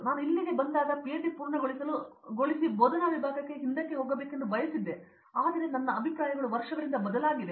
ನಾನು ಇಲ್ಲಿಗೆ ಬಂದಾಗ ನಾನು ಪಿಎಚ್ಡಿ ಪೂರ್ಣಗೊಳಿಸಲು ಮತ್ತು ಬೋಧನಾ ವಿಭಾಗವಾಗಿ ಹಿಂದಕ್ಕೆ ಹೋಗಬೇಕೆಂದು ಬಯಸಿದ್ದೆ ಆದರೆ ನನ್ನ ಅಭಿಪ್ರಾಯಗಳು ವರ್ಷಗಳಿಂದ ಬದಲಾಗಿದೆ